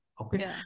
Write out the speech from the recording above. Okay